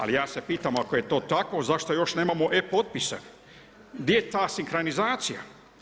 Ali ja se pitam ako je to tako zašto još nemamo e-potpise, gdje je ta sinkranizacija.